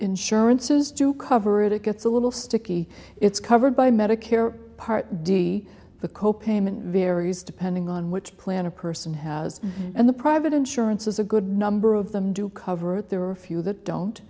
insurances to cover it it gets a little sticky it's covered by medicare part d the co payment varies depending on which plan a person has and the private insurance is a good number of them do cover it there are a few that